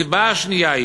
הסיבה השנייה,